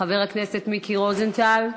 חבר הכנסת מיקי רוזנטל,